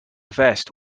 vest